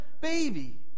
baby